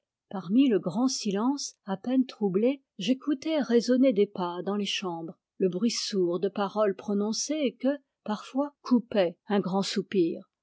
parmi le grand silence à peine troublé j'écoutais résonner des pas dans les chambres le bruit sourd de paroles prononcées et que parfois coupait un grand soupir